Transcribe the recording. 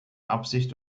absicht